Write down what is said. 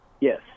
yes